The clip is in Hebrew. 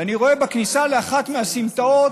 ואני רואה שבכניסה לאחת הסמטאות,